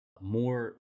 More